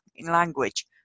language